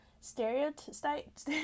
stereotypes